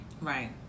right